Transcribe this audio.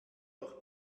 noch